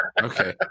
okay